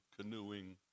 canoeing